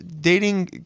dating